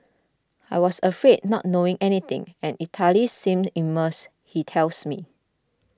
I was afraid not knowing anything and Italy seemed immense he tells me